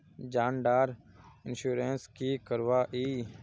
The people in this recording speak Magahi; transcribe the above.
जान डार इंश्योरेंस की करवा ई?